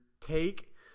take